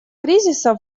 кризиса